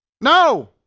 No